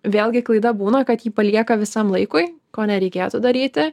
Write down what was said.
vėlgi klaida būna kad jį palieka visam laikui ko nereikėtų daryti